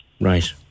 Right